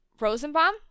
rosenbaum